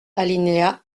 alinéa